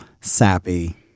sappy